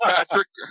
Patrick